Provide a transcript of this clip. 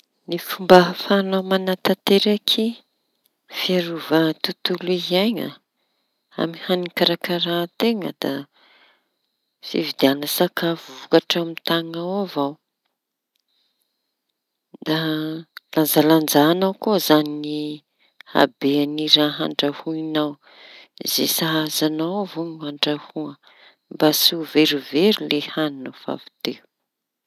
Ny fomba ahafahanao mañatanteraky fiarova tontolo iainana amy hani-karakaran-teña da fividiana sakafo vokatry aminy tañinao avao. Da lanjalanjañao koa zañy ny habeny raha andrahoañao zay sahaza añao avao no andrahoa mba tsy ho very very le hañy nofa avy teo.